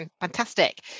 fantastic